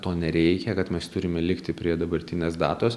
to nereikia kad mes turime likti prie dabartinės datos